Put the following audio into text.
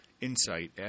insight